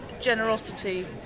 generosity